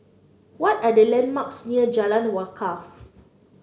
what are the landmarks near Jalan Wakaff